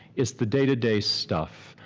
it's the day to day stuff.